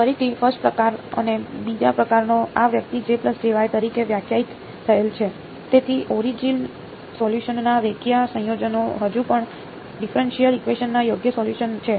ફરીથી ફર્સ્ટ પ્રકાર અને બીજા પ્રકારનો આ વ્યક્તિ તરીકે વ્યાખ્યાયિત થયેલ છે તેથી ઓરિજિન સોલ્યુસનના રેખીય સંયોજનો હજુ પણ ડિફરેનશીયલ ઇકવેશન ના યોગ્ય સોલ્યુસન છે